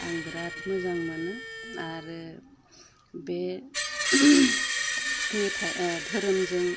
आं बिराद मोजां मोनो आरो बे धोरोमजों